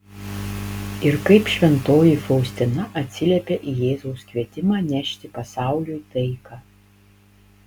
ir kaip šventoji faustina atsiliepė į jėzaus kvietimą nešti pasauliui taiką